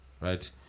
right